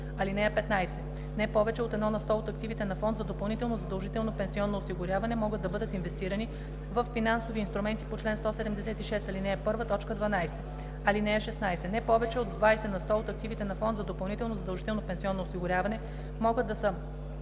(15) Не повече от 1 на сто от активите на фонд за допълнително задължително пенсионно осигуряване могат да бъдат инвестирани във финансови инструменти по чл. 176, ал. 1, т. 12. (16) Не повече от 20 на сто от активите на фонд за допълнително задължително пенсионно осигуряване могат да са